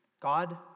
God